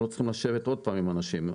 אנחנו לא צריכים לשבת עוד פעם עם אנשים.